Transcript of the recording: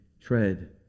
tread